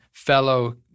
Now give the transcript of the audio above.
fellow